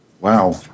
Wow